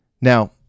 Now